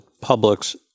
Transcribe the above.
public's